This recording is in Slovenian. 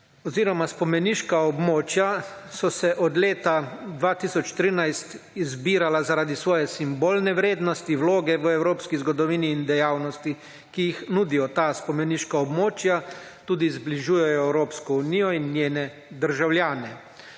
oziroma spomeniška območja so se od leta 2013 izbirala, zaradi svoje simbolne vrednosti, vloge v evropski zgodovini in dejavnosti, ki jih nudijo ta spomeniška območja tudi zbližujejo Evropsko unijo in njene državljane.